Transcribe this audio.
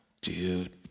Dude